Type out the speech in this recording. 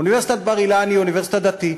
אוניברסיטת בר-אילן היא אוניברסיטה דתית,